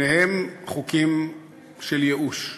שניהם חוקים של ייאוש,